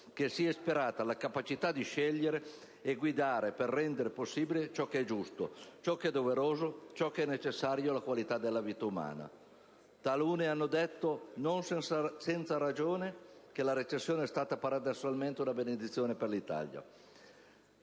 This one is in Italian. che sia ispirata dalla capacità di scegliere e guidare per rendere possibile ciò che è giusto, ciò che è doveroso, ciò che è necessario alla qualità della vita umana. Taluni hanno detto, non senza ragione, che la recessione è stata paradossalmente una benedizione per l'Italia,